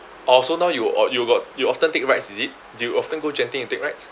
orh so now you orh you got you often take rides is it do often go genting and take rides